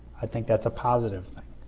i think that's a positive thing.